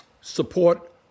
support